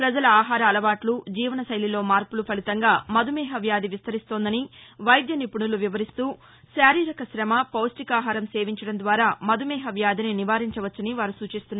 ప్రజల ఆహార అలవాట్లు జీవనతైలిలో మార్పులు ఫలితంగా మధుమేహ వ్యాధి విస్తరిస్తోందని వైద్య నిపుణులు వివరిస్తూ శారీరక శమ పౌష్టికాహారం సేవించడం ద్వారా మధుమేహ వ్యాధిని నివారించవచ్చని వారు సూచిస్తున్నారు